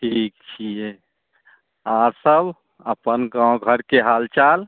ठीक छियै अहाँ सभ अपन गाँव घरके हालचाल